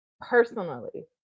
Personally